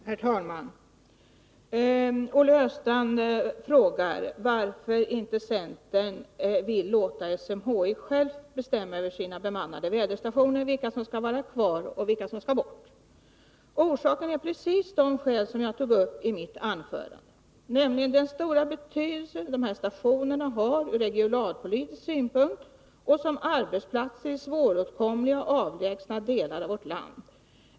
Herr talman! Olle Östrand frågar varför centern inte vill låta SMHI självt bestämma över sina bemannade väderstationer — vilka som skall vara kvar och vilka som skall bort. Orsakerna är precis de som jag tog upp i mitt anförande, nämligen den stora betydelse de här stationerna har ur regionalpolitisk synpunkt och som arbetsplatser i svåråtkomliga och avlägsna delar av vårt land.